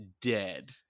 dead